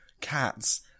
cats